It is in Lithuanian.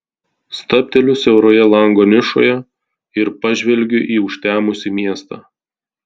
stabteliu siauroje lango nišoje ir pažvelgiu į užtemusį miestą